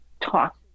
talk